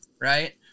right